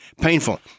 painful